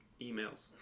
Emails